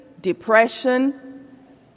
depression